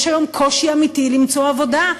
יש היום קושי אמיתי למצוא עבודה,